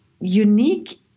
unique